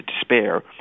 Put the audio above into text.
despair